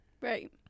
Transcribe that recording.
Right